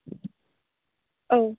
औ